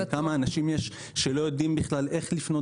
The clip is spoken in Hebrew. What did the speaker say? כמה אנשים יש שלא יודעים איך לפנות